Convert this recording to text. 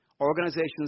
Organisations